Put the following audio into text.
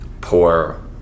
poor